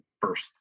first